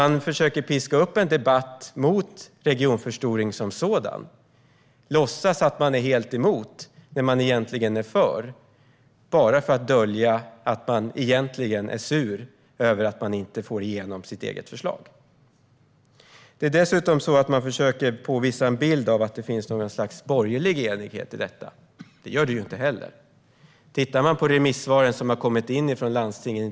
Man försöker piska upp en debatt mot regionförstoring som sådan och låtsas att man är helt emot när man i själva verket är för - bara för att dölja att man egentligen är sur över att man inte får igenom sitt eget förslag. Dessutom försöker man påvisa att det skulle finnas något slags borgerlig enighet i detta. Det gör det inte heller. Man kan titta på de remissvar som har kommit in från landstingen.